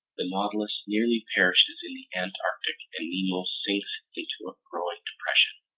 the nautilus nearly perishes in the antarctic and nemo sinks into a growing depression.